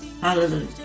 Hallelujah